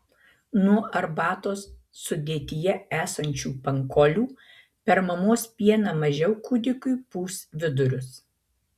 nuo arbatos sudėtyje esančių pankolių per mamos pieną mažiau kūdikiui pūs vidurius